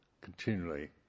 continually